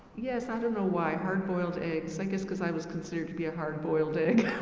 yes, i don't why, hard boiled eggs. i guess cause i was considered to be a hard boiled egg